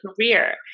career